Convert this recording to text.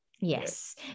Yes